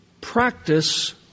practice